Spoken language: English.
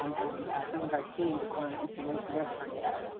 um and some of our team deploying instruments near tornado.